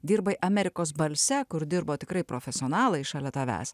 dirbai amerikos balse kur dirbo tikrai profesionalai šalia tavęs